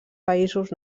països